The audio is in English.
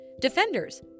defenders